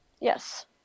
yes